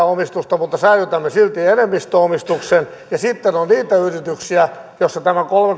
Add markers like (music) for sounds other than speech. (unintelligible) omistusta mutta säilytämme silti enemmistöomistuksen ja sitten on niitä yrityksiä joissa tämä